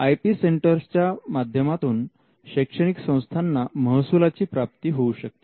या I P सेंटरच्या माध्यमातून शैक्षणिक संस्थांना महसुलाची प्राप्ती होऊ शकते